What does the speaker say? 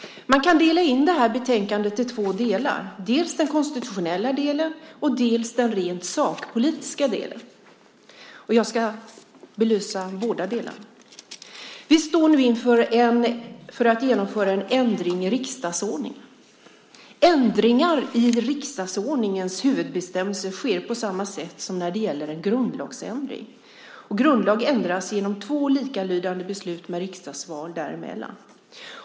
Man kan dela in betänkandet i två delar, dels den konstitutionella delen, dels den rent sakpolitiska delen. Jag ska belysa båda delarna. Vi står nu inför att genomföra en ändring i riksdagsordningen. Ändringar i riksdagsordningens huvudbestämmelser sker på samma sätt som när det gäller en grundlagsändring. Grundlag ändras genom två likalydande beslut med riksdagsval däremellan.